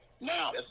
Now